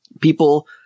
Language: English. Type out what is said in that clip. people